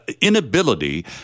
inability